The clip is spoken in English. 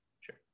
Sure